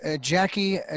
Jackie